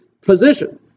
position